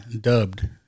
dubbed